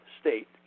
state